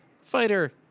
fighter